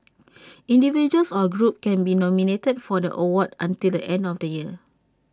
individuals or groups can be nominated for the award until the end of the year